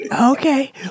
Okay